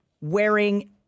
wearing